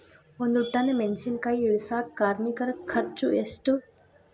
ಒಂದ್ ಟನ್ ಮೆಣಿಸಿನಕಾಯಿ ಇಳಸಾಕ್ ಕಾರ್ಮಿಕರ ಖರ್ಚು ಎಷ್ಟು?